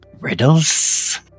Riddles